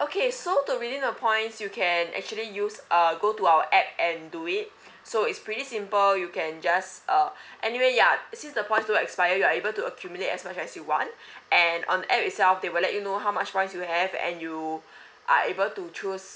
okay so to redeem the points you can actually use uh go to our app and do it so it's pretty simple you can just uh anyway ya since the points don't expire you are able to accumulate as much as you want and on the app itself they will let you know how much points you have and you are able to choose